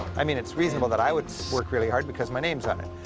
i mean, it's reasonable that i would work really hard because my name's on it,